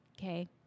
Okay